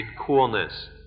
coolness